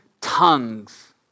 tongues